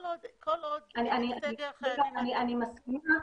אני מסכימה.